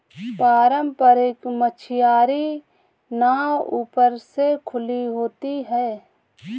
पारम्परिक मछियारी नाव ऊपर से खुली हुई होती हैं